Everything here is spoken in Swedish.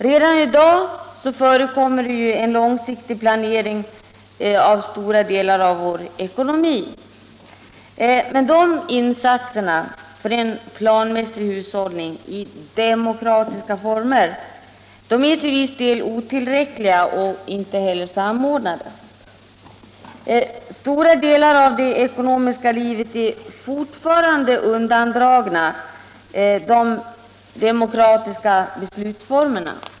Redan i dag förekommer en långsiktig planering av stora delar av vår ekonomi. Men dessa insatser för en planmässig hushållning i demokratiska former är till viss del otillräckliga och inte samordnade. Stora delar av det ekonomiska livet är fortfarande undandragna de demokratiska beslutsformerna.